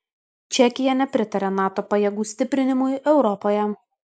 čekija nepritaria nato pajėgų stiprinimui europoje